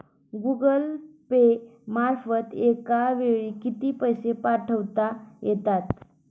Google Pay मार्फत एका वेळी किती पैसे पाठवता येतात?